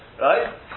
Right